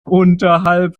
unterhalb